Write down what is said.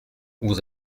vous